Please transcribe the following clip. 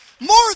More